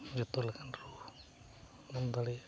ᱡᱚᱛᱚ ᱞᱮᱠᱟᱱ ᱨᱩ ᱟᱢᱮᱢ ᱫᱟᱲᱮᱭᱟᱜᱼᱟ